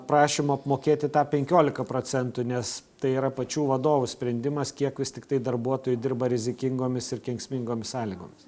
prašymų apmokėti tą penkioliką procentų nes tai yra pačių vadovų sprendimas kiek vis tiktai darbuotojų dirba rizikingomis ir kenksmingomis sąlygomis